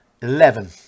eleven